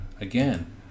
again